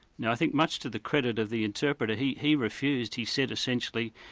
now i think much to the credit of the interpreter, he he refused, he said essentially,